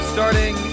Starting